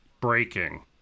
breaking